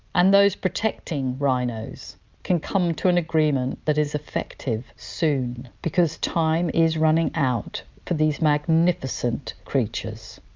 and those protecting rhinos can come to an agreement that is effective soon, because time is running out for these magnificent creatures.